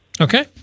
Okay